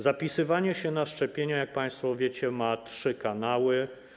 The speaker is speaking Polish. Zapisywanie się na szczepienia, jak państwo wiecie, ma trzy kanały.